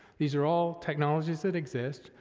these are all technologies that exist.